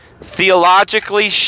theologically